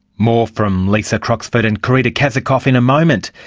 more from lisa croxford and carita kazakoff in a moment.